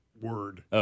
word